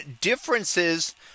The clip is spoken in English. differences